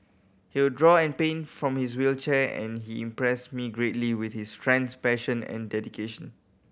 he would draw and paint from his wheelchair and he impressed me greatly with his strength passion and dedication